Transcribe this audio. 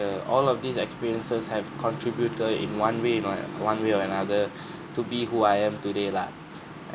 all of these experiences have contributed in one way no eh one way or another to be who I am today lah